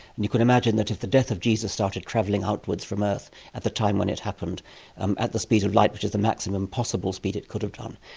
and you could imagine that if the death of jesus started travelling outwards from earth at the time when it happened um at the speed of light which is the maximum possible speed it could have done,